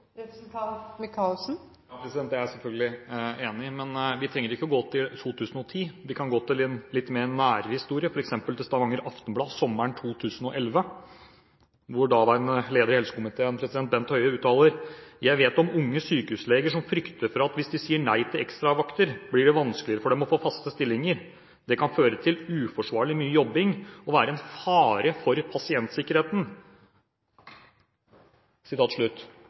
Det er jeg selvfølgelig enig i. Men vi trenger ikke gå til 2010. Vi kan gå til litt nærere historie, f.eks. til Stavanger Aftenblad sommeren 2011, hvor daværende leder i helsekomiteen Bent Høie uttaler: «Jeg vet om unge sykehusleger som frykter at hvis de sier nei til ekstravakter, blir det vanskeligere for dem å få faste stillinger. Det kan føre til uforsvarlig mye jobbing og være en fare for pasientsikkerheten.»